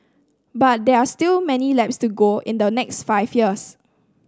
but there are still many laps to go in the next five years